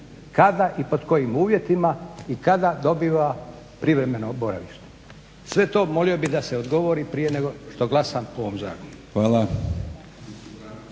kada i pod kojim uvjetima i kada dobiva privremeno boravište. Sve to molio bih da se odgovori prije nego što glasam o ovom zakonu.